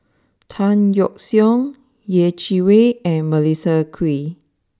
Tan Yeok Seong Yeh Chi Wei and Melissa Kwee